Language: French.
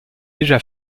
déjà